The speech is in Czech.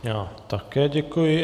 Já také děkuji.